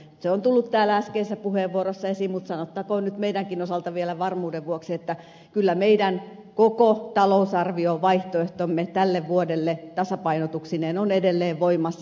se on tullut täällä äskeisissä puheenvuoroissa esiin mutta sanottakoon nyt meidänkin osaltamme vielä varmuuden vuoksi että kyllä meidän koko talousarviovaihtoehtomme tälle vuodelle tasapainotuksineen on edelleen voimassa